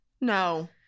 No